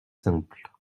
simple